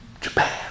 Japan